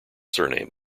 surname